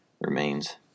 remains